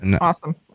awesome